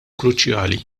kruċjali